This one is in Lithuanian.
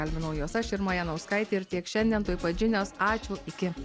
kalbinau jos aš irma janauskaitė ir tiek šiandien tuoj pat žinios ačiū iki